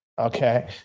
okay